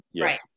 right